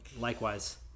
likewise